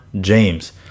James